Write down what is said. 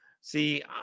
See